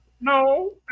No